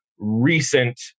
recent